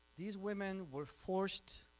these women were forced